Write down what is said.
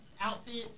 outfits